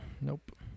nope